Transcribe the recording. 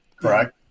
Correct